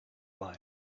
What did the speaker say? light